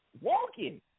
Walking